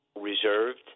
Reserved